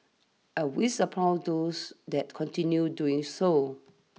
and we support those that continue doing so